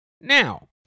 now